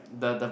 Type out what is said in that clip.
the the